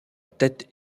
tête